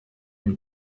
une